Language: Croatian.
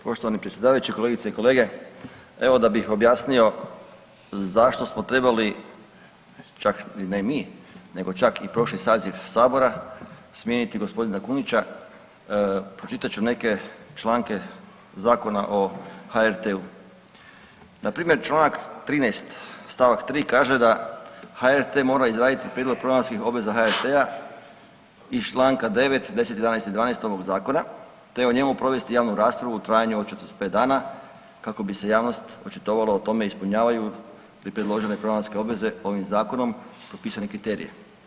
Poštovani predsjedavajući, kolegice i kolege evo da bih objasnio zašto smo trebali čak ne mi, nego čak i prošli saziv Sabora smijeniti gospodina Kunića, pročitat ću neke članke Zakona o HRT-u, npr. Članak 13. stavak 3. kaže da HRT mora izraditi prijedlog programskih obveza HRT-a iz Članka 9., 10., 11. i 12. ovog zakona te o njemu provesti javnu raspravu u trajanju od 45 dana kako bi se javnost očitovala o tome ispunjavaju li predložene programske obveze ovim zakonom propisane kriterije.